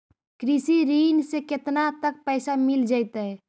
कृषि ऋण से केतना तक पैसा मिल जइतै?